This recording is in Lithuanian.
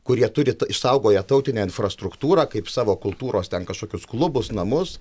kurie turi išsaugoję tautinę infrastruktūrą kaip savo kultūros ten kažkokius klubus namus